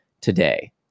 today